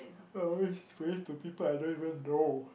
I always pray to people I don't even know